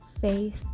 faith